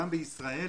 גם בישראל,